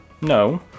no